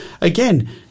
again